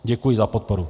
Děkuji za podporu.